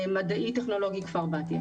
מדעי טכנולוגי כפר בתיה